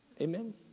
Amen